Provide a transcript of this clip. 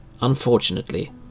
unfortunately